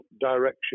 direction